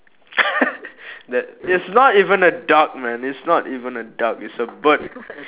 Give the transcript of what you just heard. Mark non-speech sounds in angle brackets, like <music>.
<laughs> that it's not even a duck man it's not even a duck it's a bird